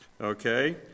Okay